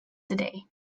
today